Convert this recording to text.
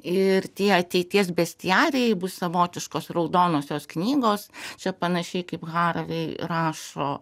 ir tie ateities bestiarijai bus savotiškos raudonosios knygos čia panašiai kaip haravei rašo